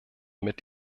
mit